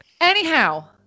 Anyhow